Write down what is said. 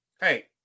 Hey